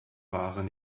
waren